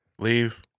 Leave